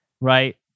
right